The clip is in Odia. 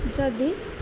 ଯଦି